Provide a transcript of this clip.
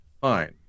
Fine